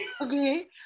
Okay